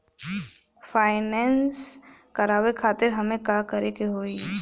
Finance करावे खातिर हमें का करे के होई?